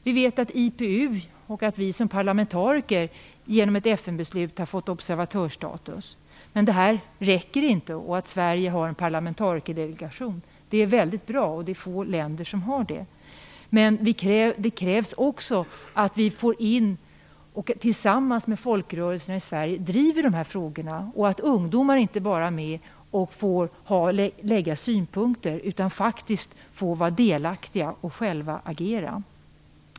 Vi vet att IPU, och vi som parlamentariker, genom ett FN-beslut har fått observatörsstatus. Men det räcker inte. Att Sverige har en parlamentarikerdelegation är väldigt bra - det är få länder som har det. Men det krävs också att vi tillsammans med folkrörelserna i Sverige driver dessa frågor. Ungdomarna skall inte bara få vara med och komma med synpunkter, utan de skall faktiskt få vara delaktiga och själva agera.